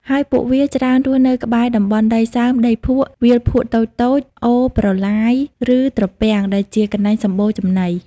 ហើយពួកវាច្រើនរស់នៅក្បែរ តំបន់ដីសើម ដីភក់ វាលភក់តូចៗ អូរ ប្រឡាយ ឬត្រពាំង ដែលជាកន្លែងសម្បូរចំណី។